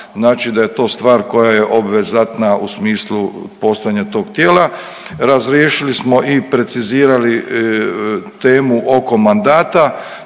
Znači da je to stvar koja je obvezatna u smislu postojanja tog tijela. Razriješili smo i precizirali temu oko mandata.